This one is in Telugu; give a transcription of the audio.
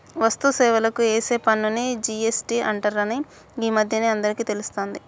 వస్తు సేవలకు ఏసే పన్నుని జి.ఎస్.టి అంటరని గీ మధ్యనే అందరికీ తెలుస్తాంది